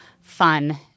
fun